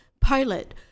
pilot